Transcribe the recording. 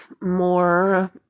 more